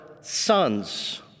sons